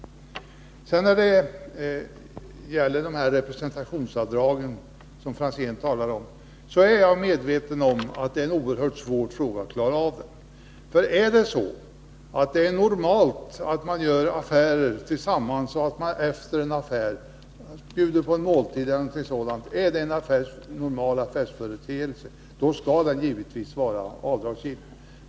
41 När det gäller representationsavdragen, som Tommy Franzén talar om, så är jag medveten om att det är en oerhört svår fråga att klara av. Är det normalt att man efter att ha gjort affärer tillsammans bjuder på en måltid e.d., skall detta givetvis vara avdragsgillt.